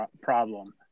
problem